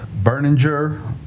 Berninger